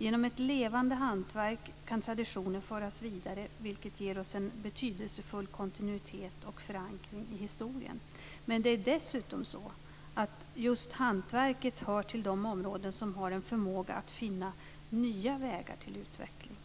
Genom ett levande hantverk kan traditioner föras vidare vilket ger oss en betydelsefull kontinuitet och förankring i historien. Men det är dessutom så att just hantverket hör till de områden som har en förmåga att finna nya vägar till utveckling.